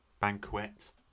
Banquet